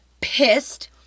Pissed